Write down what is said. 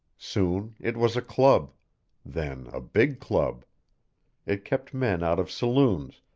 soon it was a club then a big club it kept men out of saloons,